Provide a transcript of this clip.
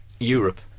Europe